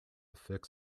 fix